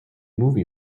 movie